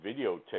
videotape